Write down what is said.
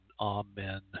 Amen